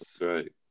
Right